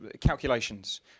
calculations